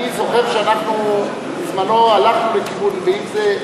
אני זוכר שאנחנו בזמנו הלכנו לכיוון הזה.